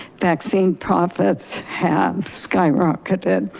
vaccine profits have skyrocketed.